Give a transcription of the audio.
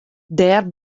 dêr